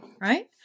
right